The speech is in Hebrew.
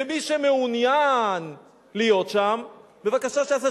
ומי שמעוניין להיות שם, בבקשה שיעשה.